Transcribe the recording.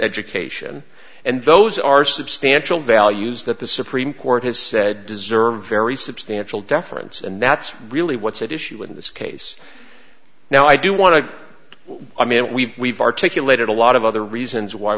education and those are substantial values that the supreme court has said deserve very substantial deference and that's really what's at issue in this case now i do want to i mean we've we've articulated a lot of other reasons why